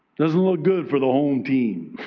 doesn't look good for the home team.